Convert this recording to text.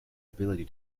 ability